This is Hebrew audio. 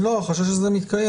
לא, החשש הזה מתקיים.